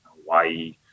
Hawaii